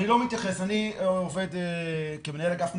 אני עובד כמנהל אגף חינוך,